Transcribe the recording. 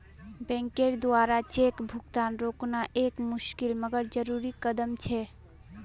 बैंकेर द्वारा चेक भुगतान रोकना एक मुशिकल मगर जरुरी कदम छे